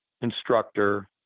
instructor